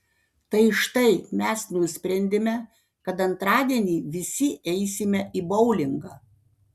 tai štai mes nusprendėme kad antradienį visi eisime į boulingą